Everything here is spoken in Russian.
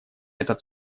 этот